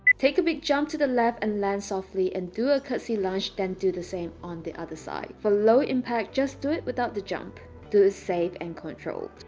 take a big jump to the left and land softly and do a curtsy lunge then do the same on the other side for low impact just do it without the jump safe and controlled